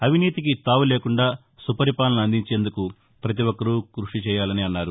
అవినీతికి తావు లేకుండా సుపరిపాలన అందించేందుకు పతిఒక్కరూ కృషి చేయాలన్నారు